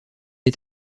est